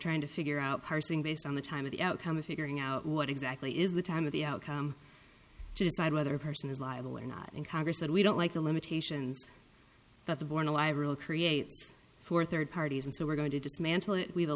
trying to figure out parsing based on the time of the outcome of figuring out what exactly is the time of the outcome to decide whether a person is liable and not in congress that we don't like the limitations that the born alive creates for third parties and so we're going to dismantle